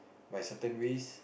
by certain ways